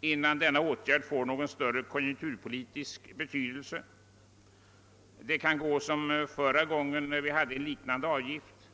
innan denna åtgärd får någon större konjunkturpolitisk betydelse. Det kan komma att gå på samma sätt som förra gången en liknande avgift tillämpades.